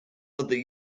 other